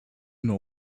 know